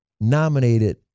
nominated